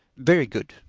very good,